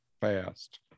fast